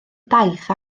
daith